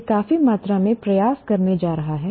यह काफी मात्रा में प्रयास करने जा रहा है